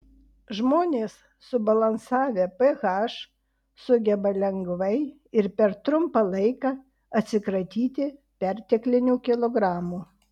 žmonės subalansavę ph sugeba lengvai ir per trumpą laiką atsikratyti perteklinių kilogramų